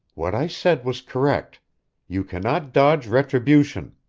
what i said was correct you cannot dodge retribution.